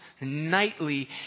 nightly